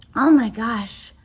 ah my gosh,